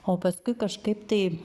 o paskui kažkaip tai